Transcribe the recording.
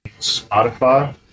Spotify